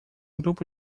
grupo